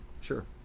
sure